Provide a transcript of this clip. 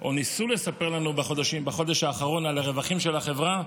או ניסו לספר לנו בחודש האחרון על הרווחים של החברה,